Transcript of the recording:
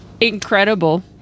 incredible